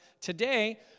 today